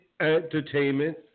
entertainment